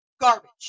garbage